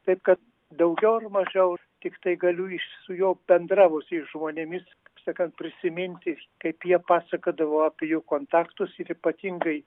taip kad daugiau ar mažiau tiktai galiu iš su juo bendravusiais žmonėmis sakant prisiminti kaip jie pasakodavo apie jų kontaktus ir ypatingai